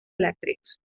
elèctrics